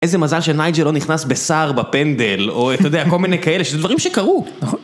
איזה מזל שנייג'ה לא נכנס בשר בפנדל, או אתה יודע, כל מיני כאלה, שזה דברים שקרו.